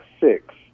six